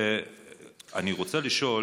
אני רוצה לשאול: